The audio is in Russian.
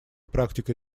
практикой